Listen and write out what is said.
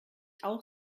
auch